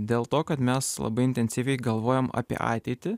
dėl to kad mes labai intensyviai galvojam apie ateitį